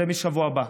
זה מהשבוע הבא.